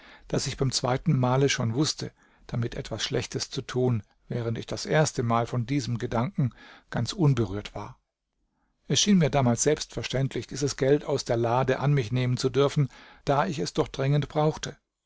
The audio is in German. daß ich beim zweiten male schon wußte damit etwas schlechtes zu tun während ich das erste mal von diesem gedanken ganz unberührt war es schien mir damals selbstverständlich dieses geld aus der lade an mich nehmen zu dürfen da ich es doch dringend brauchte